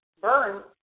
burn